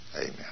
Amen